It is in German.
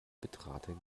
bitrate